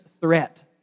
threat